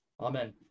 Amen